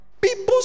People